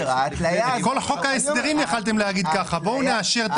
על כל חוק ההסדרים יכולתם להגיד: בואו נאשר את